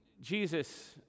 Jesus